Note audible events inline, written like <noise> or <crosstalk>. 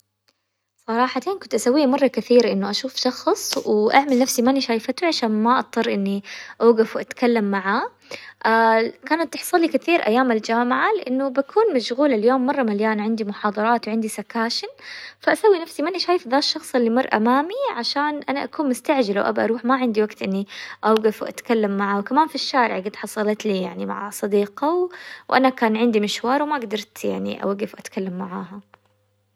صراحةً كنت أسويها مرة كثير إنه أشوف شخص وأعمل نفسي ماني شايفته عشان ما أضطر إني أوقف وأتكلم معاه، <hesitation> ال- كانت تحصلي كتير أيام الجامعة لأنه بكون مشغولة اليوم مرة مليان عندي محاضرات وعندي سكاشن، فأسوي نفسي ماني شايف ذا الشخص اللي مر أمامي عشان أنا أكون مستعجلة وأبى أروح وما عندي وقت إني أوقف وأتكلم معاه، وكمان في الشارع قد حصلت لي يعني مع صديقة وأنا كان عندي مشوار وما قدرت يعني أوقف وأتكلم معاها.